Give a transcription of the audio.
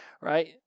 right